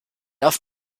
auf